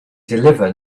deliver